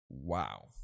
Wow